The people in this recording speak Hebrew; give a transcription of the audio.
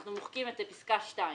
שאנחנו מוחקים את פסקה (2),